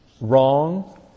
Wrong